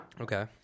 okay